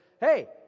hey